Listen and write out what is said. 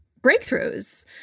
breakthroughs